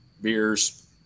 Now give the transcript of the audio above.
beers